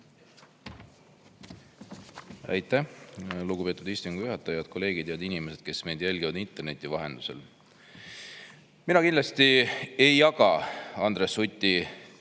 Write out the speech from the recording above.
Aitäh, lugupeetud istungi juhataja! Head kolleegid! Head inimesed, kes meid jälgivad interneti vahendusel! Mina kindlasti ei jaga Andres Suti